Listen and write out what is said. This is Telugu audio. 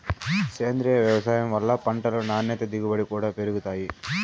సేంద్రీయ వ్యవసాయం వల్ల పంటలు నాణ్యత దిగుబడి కూడా పెరుగుతాయి